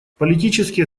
политические